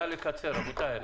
נא לקצר בבקשה.